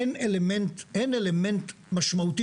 אין אלמנט משמעותי,